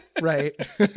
right